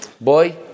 boy